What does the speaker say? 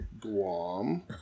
Guam